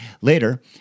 Later